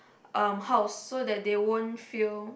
um house so that they won't feel